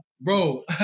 bro